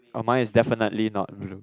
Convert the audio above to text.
orh mine is definitely not blue